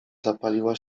zapaliła